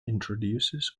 introduces